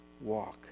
walk